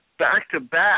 back-to-back